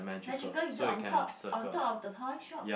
magical is it on top on top of the toy shop